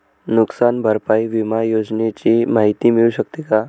नुकसान भरपाई विमा योजनेची माहिती मिळू शकते का?